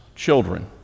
Children